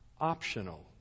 optional